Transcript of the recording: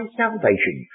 salvation